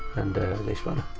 and this one.